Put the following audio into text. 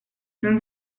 non